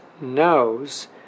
knows